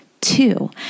Two